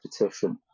repetition